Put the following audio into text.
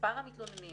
מספר המתלוננים